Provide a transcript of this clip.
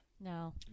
No